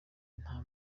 nta